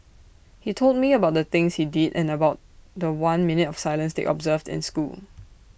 he told me about the things he did and about The One minute of silence they observed in school